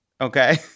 okay